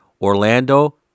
Orlando